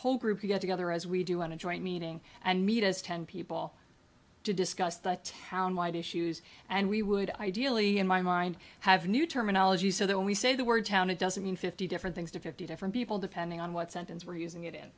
whole group to get together as we do on a joint meeting and meet as ten people to discuss the town wide issues and we would ideally in my mind have new terminology so that when we say the word town it doesn't mean fifty different things to fifty different people depending on what sentence we're using it in